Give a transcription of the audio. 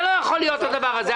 זה לא יכול להיות הדבר הזה.